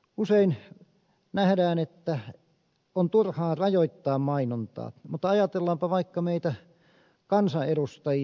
usein nähdään että on turhaa rajoittaa mainontaa mutta ajatellaanpa vaikka meitä kansanedustajia